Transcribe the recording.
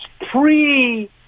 pre